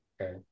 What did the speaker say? Okay